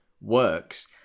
works